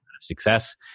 success